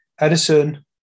Edison